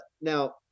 Now